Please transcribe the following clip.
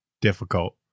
difficult